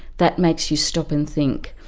that makes you stop and think.